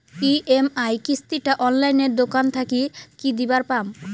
EMI কিস্তি টা অনলাইনে দোকান থাকি কি দিবার পাম?